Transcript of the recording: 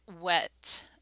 wet